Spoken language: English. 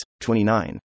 29